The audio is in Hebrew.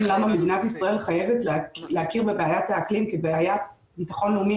למה מדינת ישראל חייבת להכיר בבעיית האקלים כבעיית ביטחון לאומי